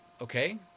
okay